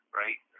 right